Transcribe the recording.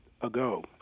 ago